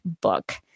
book